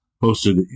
posted